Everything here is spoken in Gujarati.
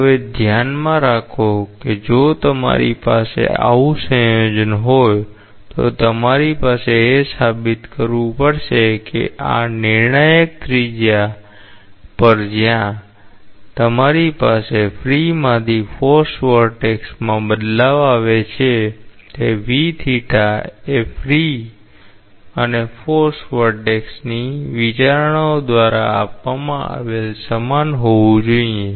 હવે ધ્યાનમાં રાખો કે જો તમારી પાસે આવું સંયોજન હોય તો તમારે એ સાબિત કરવું પડશે કે આ નિર્ણાયક ત્રિજ્યા પર જ્યાં તમારી પાસે ફ્રી માંથી ફોર્સ વરટેક્સમાં બદલાવ આવે છે એ ફ્રી અને ફોર્સ વરટેક્સ ની વિચારણાઓ દ્વારા આપવામાં આવેલ સમાન હોવું જોઈએ